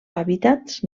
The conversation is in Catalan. hàbitats